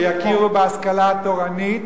שיכירו בהשכלה התורנית